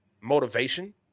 motivation